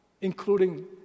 including